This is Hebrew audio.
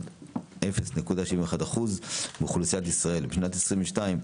0.71% מאוכלוסיית ישראל בשנת 2022,